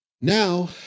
Now